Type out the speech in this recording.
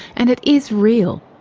and it is real,